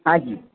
હાજી